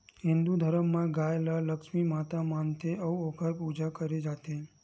हिंदू धरम म गाय ल लक्छमी माता मानथे अउ ओखर पूजा करे जाथे